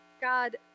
God